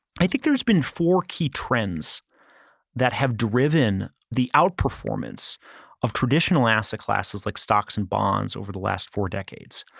i think there's been four key trends that have driven the outperformance of traditional asset classes like stocks and bonds over the last four decades.